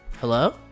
Hello